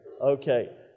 Okay